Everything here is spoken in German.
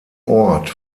ort